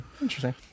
Interesting